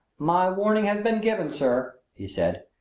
my warning has been given, sir, he said.